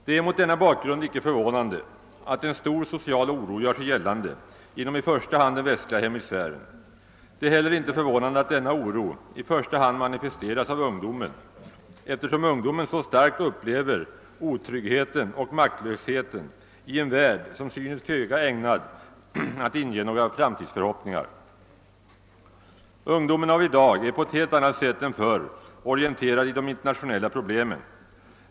Det är mot denna bakgrund icke förvånande att en stor social oro gör sig gällande inom i första hand den västliga hemisfären. Det är heller icke förvånande att denna oro i första hand manifesteras av ungdomen eftersom ungdomen så starkt upplever otryggheten och maktlösheten i en värld, som synes föga ägnad att inge några framtidsförhoppningar. Ungdomen av i dag är på ett helt annat sätt än förr orienterad i de internationella problemen.